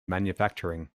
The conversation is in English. manufacturing